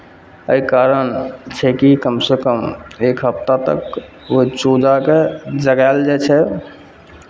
एहि कारण छै कि कमसँ कम एक हफ्ता तक ओहि चूजाकेँ जगायल जाइ छै